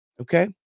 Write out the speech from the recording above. okay